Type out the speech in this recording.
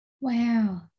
Wow